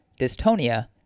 dystonia